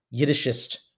Yiddishist